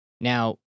Now